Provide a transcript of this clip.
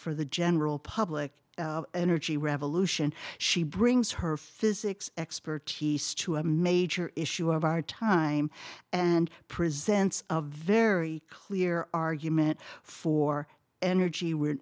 for the general public energy revolution she brings her physics expertise to a major issue of our time and presents a very clear argument for energy